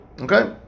Okay